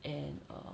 and uh